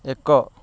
ଏକ